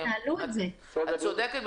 שאלנו אותו את זה והוא לא